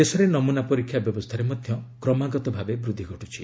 ଦେଶରେ ନମୁନା ପରୀକ୍ଷା ବ୍ୟବସ୍ଥାରେ ମଧ୍ୟ କ୍ରମାଗତ ଭାବେ ବୃଦ୍ଧି ଘଟ୍ଛି